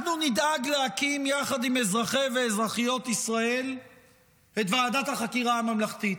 אנחנו נדאג להקים יחד עם אזרחי ואזרחיות ישראל את ועדת החקירה הממלכתית,